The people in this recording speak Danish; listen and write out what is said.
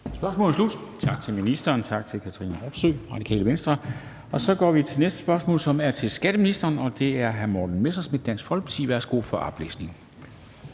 Spørgsmålet er slut. Tak til ministeren, og tak til Katrine Robsøe, Radikale Venstre. Så går vi til næste spørgsmål, som er til skatteministeren. Og det er fra hr. Morten Messerschmidt, Dansk Folkeparti. Kl. 13:42 Spm. nr.